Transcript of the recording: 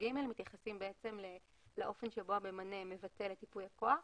32כג מתייחסים לאופן שבו הממנה מבטל את ייפוי הכוח